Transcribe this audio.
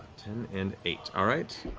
ten and eight. all right.